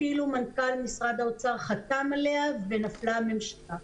אפילו מנכ"ל משרד האוצר חתם עליה, נפלה הממשלה.